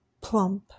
plump